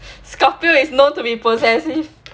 scorpio is known to be possessive